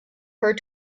her